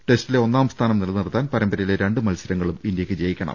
ടെസ്റ്റിലെ ഒന്നാംസ്ഥാനം നിലനിർത്താൻ പരമ്പരയിലെ രണ്ട് മത്സരങ്ങളും ഇന്ത്യക്ക് ജയിക്കണം